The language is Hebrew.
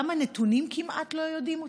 גם הנתונים, כמעט לא יודעים אותם,